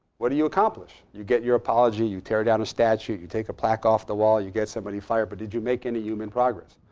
what do you accomplish? you get your apology. you tear down a statue. you you take a plaque off the wall. you get somebody fired. but did you make any human progress?